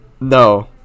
No